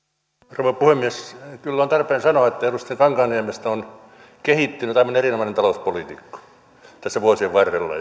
rouva puhemies kyllä on tarpeen sanoa että edustaja kankaanniemestä on kehittynyt aivan erinomainen talouspoliitikko tässä vuosien varrella